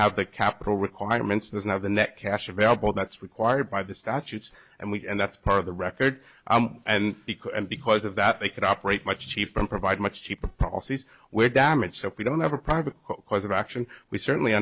have the capital requirements there's not the net cash available that's required by the statutes and we and that's part of the record and because of that they could operate much chief and provide much cheaper process with damage so if we don't have a private cause of action we certainly